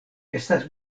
estas